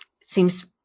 seems